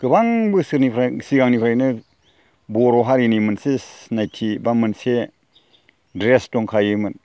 गोबां बोसोरनिफ्राय सिगांनिफ्रायनो बर' हारिनि मोनसे सिनायथि एबा मोनसे ड्रेस दंखायोमोन